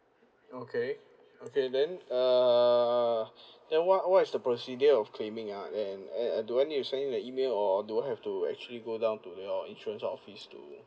okay okay then uh then what what is the procedure of claiming ah then and uh do I need to send you a email or do I have to actually go down to your insurance office to